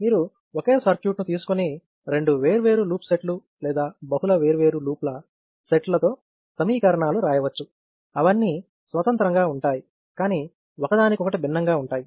మీరు ఒకే సర్క్యూట్ ను తీసుకొని రెండు వేర్వేరు లూప్ సెట్ లు లేదా బహుళ వేర్వేరు లూప్ల సెట్లతో సమీకరణాలు రాయవచ్చు అవన్నీ స్వతంత్రంగా ఉంటాయి కానీ ఒకదానికొకటి భిన్నంగా ఉంటాయి